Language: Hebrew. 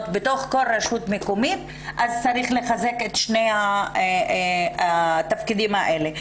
בתוך כל רשות מקומית אז צריך לחזק את שני התפקידים האלה.